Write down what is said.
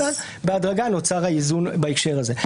ואז בהדרגה נוצר האיזון בהקשר הזה.